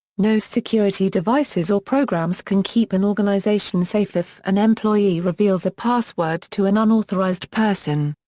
no security devices or programs can keep an organization safe if an employee reveals a password to an unauthorized person.